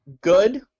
good